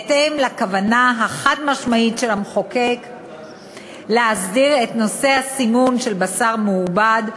בהתאם לכוונה החד-משמעית של המחוקק להסדיר את נושא הסימון של בשר מעובד,